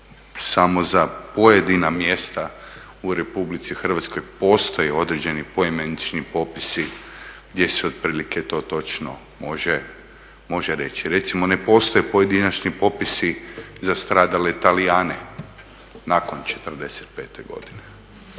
samo za pojedina mjesta u RH postoje određeni poimenični popisi gdje se otprilike to točno može reći. Recimo ne postoje pojedinačni popisi za stradale Talijane nakon '45.godine.